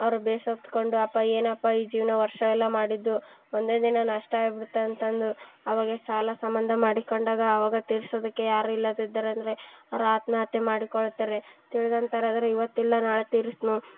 ಅವ್ರು ಬೇಸತ್ಕೊಂಡು ಅಪ್ಪ ಏನಪ್ಪ ಈ ಜೀವನ ವರ್ಷ ಎಲ್ಲ ಮಾಡಿದ್ದು ಒಂದೇ ದಿನ ನಷ್ಟ ಆಗ್ಬಿಡತ್ತೆ ಅಂತಂದು ಅವಾಗ ಸಾಲ ಸಂಬಂಧ ಮಾಡಿಕೊಂಡಾಗ ಅವಾಗ ತೀರಿಸೋದಕ್ಕೆ ಯಾರುರೂ ಇಲ್ಲದಿದ್ದರಂದರೆ ಅವ್ರು ಆತ್ಮಹತ್ಯೆ ಮಾಡಿಕೊಳ್ತಾರೆ ತಿಳ್ದಂತರು ಆದರೆ ಇವತ್ತು ಇಲ್ಲ ನಾಳೆ ತೀರಿಸ್ತ್ನೊ